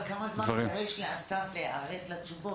אבל השאלה כמה זמן הוא צריך להיערך לתשובות,